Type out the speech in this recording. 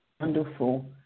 wonderful